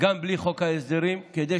גם בלי חוק ההסדרים כדי